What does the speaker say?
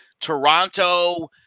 Toronto